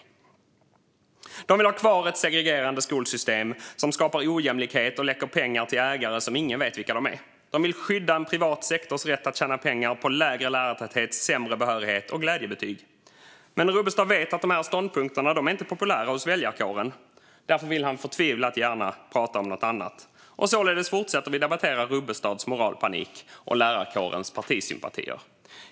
Sverigedemokraterna vill ha kvar ett segregerande skolsystem som skapar ojämlikhet och läcker pengar till ägare som ingen vet vilka de är. De vill skydda en privat sektors rätt att tjäna pengar på lägre lärartäthet, sämre behörighet och glädjebetyg. Rubbestad vet dock att dessa ståndpunkter inte är populära hos väljarkåren, och därför vill han förtvivlat gärna prata om något annat. Således fortsätter vi att debattera Rubbetstads moralpanik och lärarkårens partisympatier.